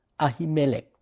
Ahimelech